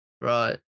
Right